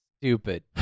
stupid